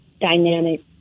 dynamic